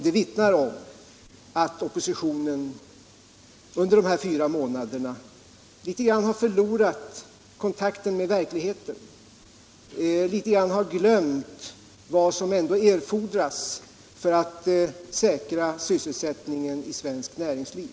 Den vittnar om att oppositionen under de senaste fyra månaderna litet grand har förlorat kontakten med verkligheten, litet grand har glömt vad som ändå erfordras för att säkra sysselsättningen i svenskt näringsliv.